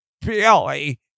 Billy